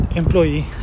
employee